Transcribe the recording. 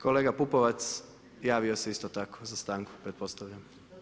Kolega Pupovac, javio se isto tako za stanku, pretpostavljam.